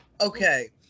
Okay